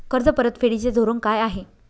कर्ज परतफेडीचे धोरण काय आहे?